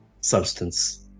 substance